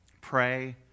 pray